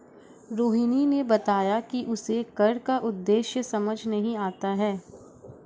रोहिणी ने बताया कि उसे कर का उद्देश्य समझ में नहीं आता है